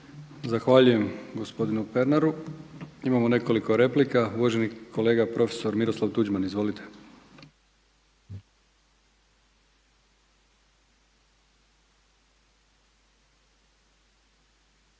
Zahvaljujem gospodinu Pernaru. Imamo nekoliko replika. Uvaženi kolega profesor Miroslav Tuđman. Izvolite!